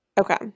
Okay